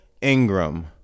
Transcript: Ingram